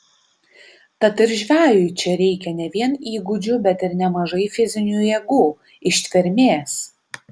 tad ir žvejui čia reikia ne vien įgūdžių bet ir nemažai fizinių jėgų ištvermės